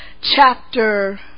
chapter